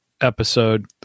episode